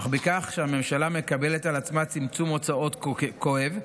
אך בכך שהממשלה מקבלת על עצמה צמצום הוצאות כואב,